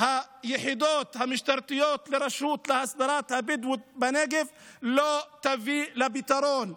היחידות המשטרתיות לרשות להסדרת התיישבות הבדואים בנגב לא יביאו לפתרון.